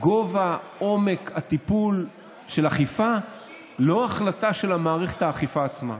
גובה ועומק הטיפול של האכיפה הם לא החלטה של מערכת האכיפה עצמה,